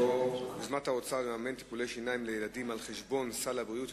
יוזמת האוצר לממן טיפולי שיניים לילדים על חשבון סל הבריאות,